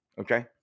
Okay